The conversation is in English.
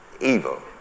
Evil